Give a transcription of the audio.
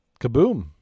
Kaboom